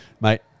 mate